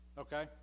Okay